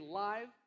live